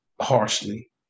harshly